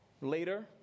Later